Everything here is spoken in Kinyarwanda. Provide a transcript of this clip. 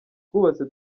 twubatse